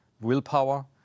willpower